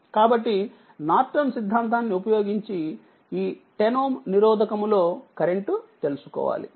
కాబట్టినార్టన్ సిద్ధాంతాన్ని ఉపయోగించిఈ 10Ωనిరోధకములో కరెంట్ తెలుసుకోవాలి